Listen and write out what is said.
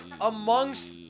amongst